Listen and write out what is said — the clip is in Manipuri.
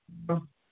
ꯑ